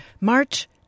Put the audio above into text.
March